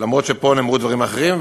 אף-על-פי שפה נאמרו דברים אחרים,